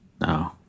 No